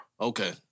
Okay